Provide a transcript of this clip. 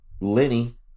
Lenny